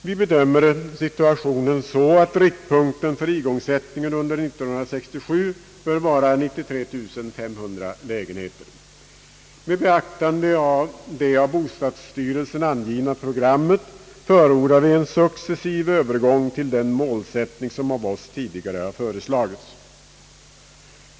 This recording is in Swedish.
Vi bedömer situationen så, att riktpunkten för igångsättningen under 1967 bör vara 93500 lägenheter. Med beaktande av det av bostadsstyrelsen angivna programmet förordar vi en successiv övergång till den målsättning som av oss tidigare föreslagits.